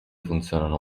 funzionano